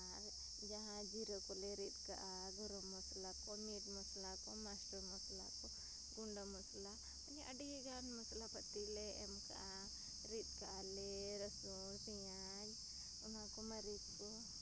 ᱟᱨ ᱡᱟᱦᱟᱸ ᱡᱤᱨᱟᱹ ᱠᱚᱞᱮ ᱨᱤᱫ ᱠᱟᱜᱼᱟ ᱜᱚᱨᱚᱢ ᱢᱚᱥᱞᱟ ᱠᱚ ᱢᱤᱴ ᱢᱚᱥᱞᱟ ᱠᱚ ᱢᱟᱥᱴᱚᱨ ᱢᱚᱥᱞᱟ ᱠᱚ ᱜᱩᱸᱰᱟᱹ ᱢᱚᱥᱞᱟ ᱠᱚ ᱟᱹᱰᱤᱜᱟᱱ ᱢᱚᱥᱞᱟ ᱯᱟᱛᱤ ᱞᱮ ᱮᱢ ᱠᱟᱜᱼᱟ ᱨᱤᱫ ᱠᱟᱜᱼᱟ ᱞᱮ ᱨᱟᱥᱩᱱ ᱯᱮᱸᱭᱟᱡ ᱚᱱᱟᱠᱚ ᱢᱟᱨᱤᱪ ᱠᱚ